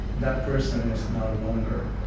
that person is no longer.